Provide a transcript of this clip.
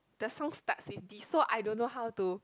the song starts with this so I don't know how to